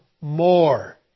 more